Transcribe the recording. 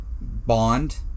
bond